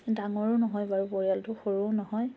ডাঙৰো নহয় বাৰু পৰিয়ালটো সৰুও নহয়